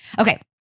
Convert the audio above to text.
Okay